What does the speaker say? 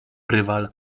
rywal